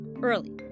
early